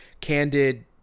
candid